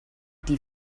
die